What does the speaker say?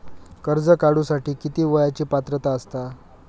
कर्ज काढूसाठी किती वयाची पात्रता असता?